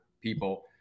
people